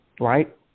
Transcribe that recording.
Right